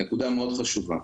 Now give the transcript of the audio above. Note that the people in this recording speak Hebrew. נקודה מאוד חשובה.